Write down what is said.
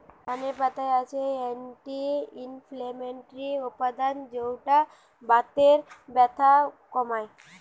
ধনে পাতায় আছে অ্যান্টি ইনফ্লেমেটরি উপাদান যৌটা বাতের ব্যথা কমায়